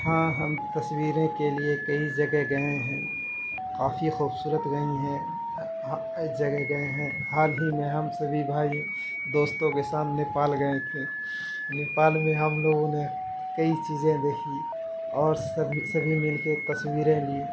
ہاں ہم تصویریں کے لیے کئی جگہ گئے ہیں کافی خوبصورت رہی ہیں ایک جگہ گئے ہیں حال ہی میں ہم سبھی بھائی دوستوں کے ساتھ نیپال گئے تھے نیپال میں ہم لوگوں نے کئی چیزیں دیکھیں اور سبھی سبھی مل کے تصویریں لیں